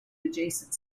adjacent